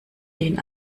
den